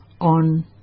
on